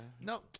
No